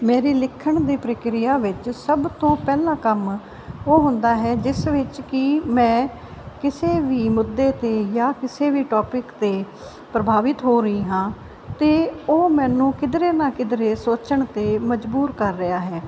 ਮੇਰੀ ਲਿਖਣ ਦੀ ਪ੍ਰਕਿਰਿਆ ਵਿੱਚ ਸਭ ਤੋਂ ਪਹਿਲਾਂ ਕੰਮ ਉਹ ਹੁੰਦਾ ਹੈ ਜਿਸ ਵਿੱਚ ਕਿ ਮੈਂ ਕਿਸੇ ਵੀ ਮੁੱਦੇ 'ਤੇ ਜਾਂ ਕਿਸੇ ਵੀ ਟੋਪਿਕ 'ਤੇ ਪ੍ਰਭਾਵਿਤ ਹੋ ਰਹੀ ਹਾਂ ਅਤੇ ਉਹ ਮੈਨੂੰ ਕਿਧਰੇ ਨਾ ਕਿਧਰੇ ਸੋਚਣ 'ਤੇ ਮਜਬੂਰ ਕਰ ਰਿਹਾ ਹੈ